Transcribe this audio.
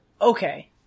okay